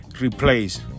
Replace